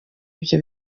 ibyo